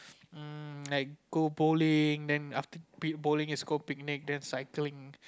um like go bowling then after pin bowling then is go cycling